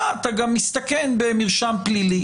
תדע לך שאתה גם מסתכן במרשם פלילי".